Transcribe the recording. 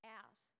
out